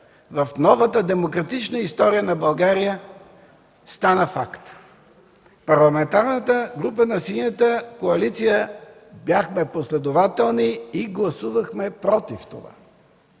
в новата демократична история на България стана факт. Парламентарната група на Синята коалиция бяхме последователни и гласувахме против това.